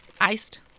Iced